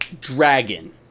dragon